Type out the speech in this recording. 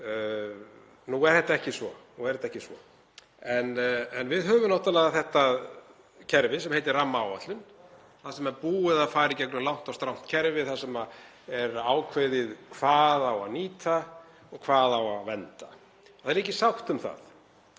Nú er þetta ekki svo. En við höfum náttúrlega þetta kerfi sem heitir rammaáætlun þar sem er búið að fara í gegnum langt og strangt kerfi þar sem er ákveðið hvað á að nýta og hvað á að vernda. Það ríkir sátt um það.